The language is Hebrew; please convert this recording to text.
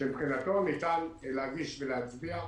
שמבחינתו ניתן להגיש ולהצביע,